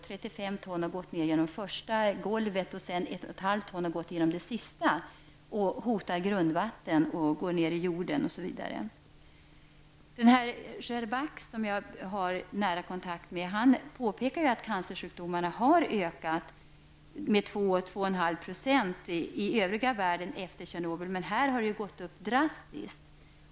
35 ton av lavan har gått igenom det första golvet, och 1,5 ton har gått genom det sista golvet och därmed hotat grundvattnet. Lavan har alltså gått ned i jorden. Shscherbak, som jag har nära kontakt med, påpekade att cancersjukdomarna har ökat i omfattning med 2--2,5 % i den övriga delen av världen. Men i det aktuella området har ökningen blivit drastisk.